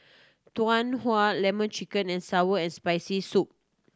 Tau Huay Lemon Chicken and sour and Spicy Soup